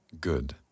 Good